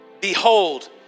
behold